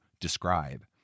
describe